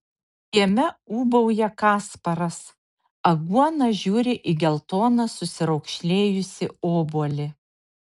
kieme ūbauja kasparas aguona žiūri į geltoną susiraukšlėjusį obuolį